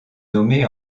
nommée